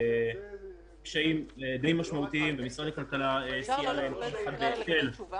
בקשיים די משמעותיים ומשרד הכלכלה סייע להם בהיטל,